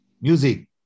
Music